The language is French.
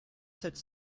sept